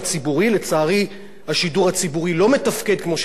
השידור הציבורי לא מתפקד כמו ששידור ציבורי צריך לתפקד.